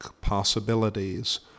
possibilities